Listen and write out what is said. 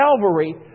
Calvary